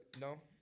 No